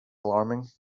alarming